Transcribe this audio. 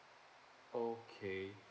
okay